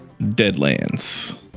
Deadlands